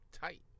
tight